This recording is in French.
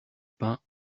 pain